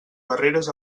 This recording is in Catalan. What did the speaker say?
barreres